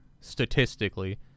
statistically